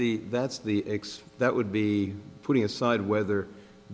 the that's the ex that would be putting aside whether